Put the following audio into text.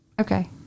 okay